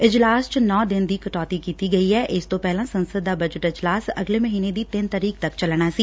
ਇਜਲਾਸ ਚ ਨੌ ਦਿਨ ਦੀ ਕਟੌਤੀ ਕੀਤੀ ਗਈ ਐ ਇਸ ਤੋ ਪਹਿਲਾਂ ਸੰਸਦ ਦਾ ਬਜਟ ਇਜਲਾਸ ਅਗਲੇ ਮਹੀਨੇ ਦੀ ਤਿੰਨ ਤਰੀਕ ਤੱਕ ਚੱਲਣਾ ਸੀ